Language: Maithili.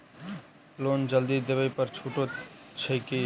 लोन जल्दी देबै पर छुटो छैक की?